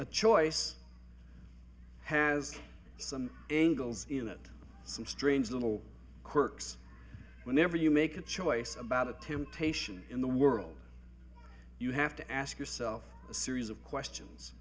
the choice has some angles in it some strange little quirks whenever you make a choice about a temptation in the world you have to ask yourself a series of questions